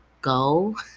go